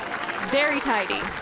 very tidy.